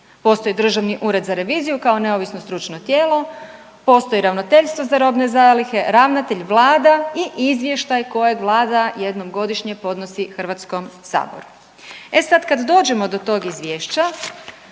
Postoji Državni ured za reviziju, kao neovisno stručno tijelo, postoji Ravnateljstvo za robne zalihe, ravnatelj, Vlada i izvještaj kojeg Vlada jednom godišnje podnosi HS-u. E sad kad dođemo do tog izvješća